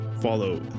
Follow